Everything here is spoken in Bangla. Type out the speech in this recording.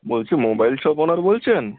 বলছি মোবাইল শপ ওনার বলছেন